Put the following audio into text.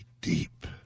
deep